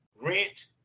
rent